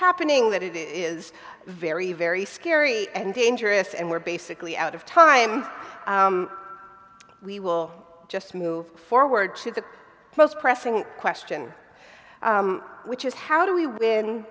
happening that it is very very scary and dangerous and we're basically out of time we will just move forward to the most pressing question which is how do we win